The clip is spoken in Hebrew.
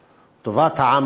טובת האזרחים בישראל,